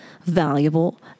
valuable